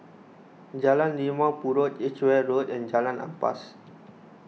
Jalan Limau Purut Edgeware Road and Jalan Ampas